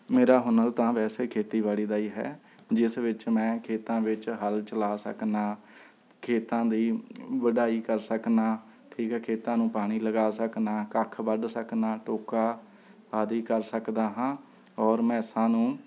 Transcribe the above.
ਮੇਰਾ ਹੁਨਰ ਤਾਂ ਵੈਸੇ ਖੇਤੀਬਾੜੀ ਦਾ ਹੀ ਹੈ ਜਿਸ ਵਿੱਚ ਮੈਂ ਖੇਤਾਂ ਵਿੱਚ ਹਲ ਚਲਾ ਸਕਦਾ ਖੇਤਾਂ ਦੀ ਵਢਾਈ ਕਰ ਸਕਦਾ ਠੀਕ ਹੈ ਖੇਤਾਂ ਨੂੰ ਪਾਣੀ ਲਗਾ ਸਕਦਾ ਕੱਖ ਵੱਢ ਸਕਣਾ ਟੋਕਾ ਆਦਿ ਕਰ ਸਕਦਾ ਹਾਂ ਔਰ ਮੈਸਾਂ ਨੂੰ